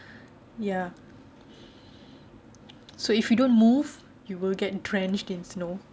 ya so if you don't move you will get drenched in snow